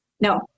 No